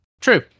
True